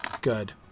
good